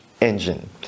engine